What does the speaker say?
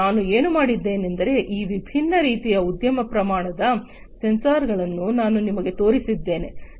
ಮತ್ತು ನಾನು ಏನು ಮಾಡಿದ್ದೇನೆಂದರೆ ಈ ವಿಭಿನ್ನ ರೀತಿಯ ಉದ್ಯಮ ಪ್ರಮಾಣದ ಸೆನ್ಸರ್ಗಳನ್ನು ನಾನು ನಿಮಗೆ ತೋರಿಸಿದ್ದೇನೆ